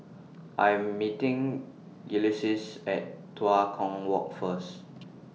I Am meeting Ulises At Tua Kong Walk First